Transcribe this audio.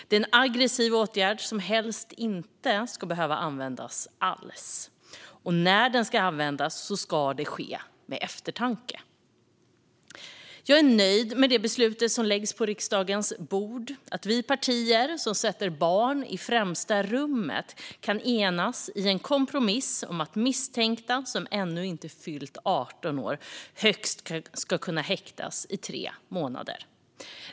Det är en aggressiv åtgärd som helst inte ska behöva användas alls, och när den används ska det ske med eftertanke. Jag är nöjd med det beslut som läggs på riksdagens bord och med att de partier som sätter barn i främsta rummet har kunnat enas i en kompromiss om att misstänkta som ännu inte fyllt 18 år ska kunna häktas i högst tre månader.